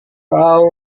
kau